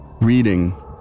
reading